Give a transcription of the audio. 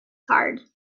card